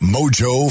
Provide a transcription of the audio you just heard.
Mojo